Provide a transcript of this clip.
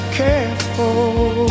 careful